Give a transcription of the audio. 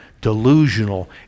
delusional